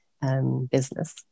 Business